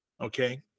okay